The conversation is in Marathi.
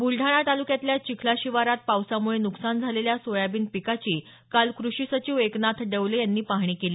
ब्लडाणा ताल्क्यातल्या चिखला शिवारात पावसामुळे नुकसान झालेल्या सोयाबीन पिकाची काल कृषी सचिव एकनाथ डवले यांनी पाहणी केली